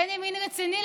ימין רציני,